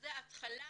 זאת התחלה